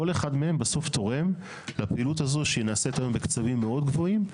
כל אחד מהם בסוף תורם לפעילות הזו שנעשית היום בקצבים מאוד גבוהים.